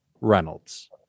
Reynolds